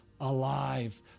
alive